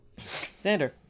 Xander